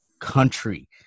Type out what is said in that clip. country